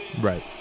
Right